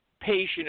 patient